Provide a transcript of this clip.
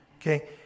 okay